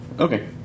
Okay